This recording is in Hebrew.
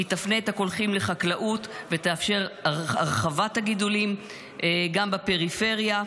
היא תפנה את הקולחים לחקלאות ותאפשר את הרחבת הגידולים גם בפריפריה,